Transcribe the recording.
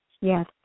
Yes